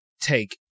take